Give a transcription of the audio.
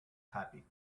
happy